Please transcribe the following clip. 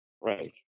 Right